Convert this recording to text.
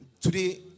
Today